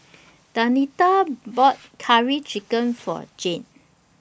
Danita bought Curry Chicken For Jeane